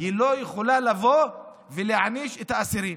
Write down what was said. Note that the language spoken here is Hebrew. היא לא יכולה להעניש את האסירים.